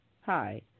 Hi